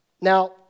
Now